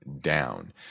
down